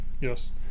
Yes